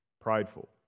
prideful